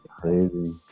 crazy